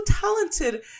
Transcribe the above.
talented